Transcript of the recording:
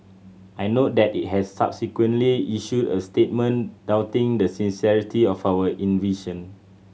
I note that it has subsequently issued a statement doubting the sincerity of our invitation